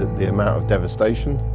the amount of devastation.